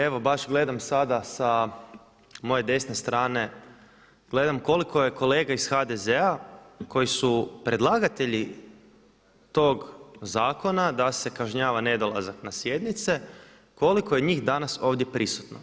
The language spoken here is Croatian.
Evo baš gledam sada sa moje desne strane gledam koliko je kolega iz HDZ-a koji su predlagatelji tog zakona da se kažnjava nedolazak na sjednice koliko je njih danas ovdje prisutno.